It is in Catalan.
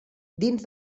dins